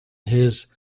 his